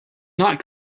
not